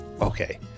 Okay